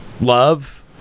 love